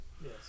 Yes